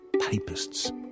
Papists